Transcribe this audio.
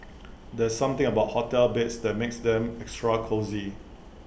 there's something about hotel beds that makes them extra cosy